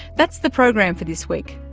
that's the program for this week.